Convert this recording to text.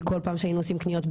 כל פעם שהיינו עושים קניות,